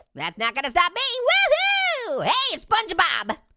that's not gonna stop me, woo-hoo! hey, it's spongebob.